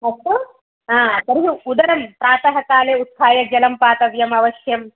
अस्तु आ तर्हि उदरं प्रातः काले उत्थाय जलं पातव्यम् अवश्यम्